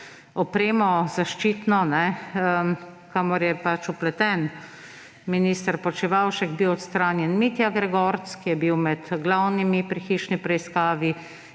opremo, v katero je vpleten minister Počivalšek, odstranjen Mitja Gregorc, ki je bil med glavnimi pri hišni preiskavi